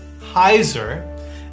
Heiser